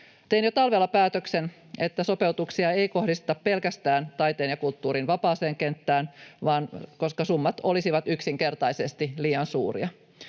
Tein jo talvella päätöksen, että sopeutuksia ei kohdisteta pelkästään taiteen ja kulttuurin vapaaseen kenttään, koska summat olisivat yksinkertaisesti liian suuria.